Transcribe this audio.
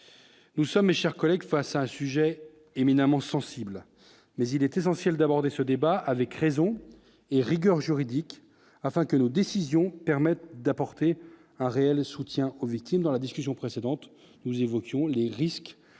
nous sommes et chers collègues, face à un sujet éminemment sensible, mais il est essentiel d'aborder ce débat avec raison. Et rigueur juridique afin que nos décisions permettent d'apporter un réel soutien au vu. C'est dans la discussion précédente, nous évoquions les risques.